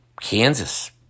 Kansas